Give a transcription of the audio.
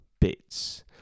bits